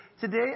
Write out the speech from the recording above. Today